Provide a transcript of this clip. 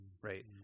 right